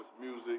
music